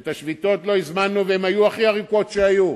את השביתות לא הזמנו והן היו הכי ארוכות שהיו,